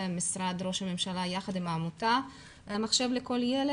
משרד ראש הממשלה יחד עם העמותה מחשב לכל ילד.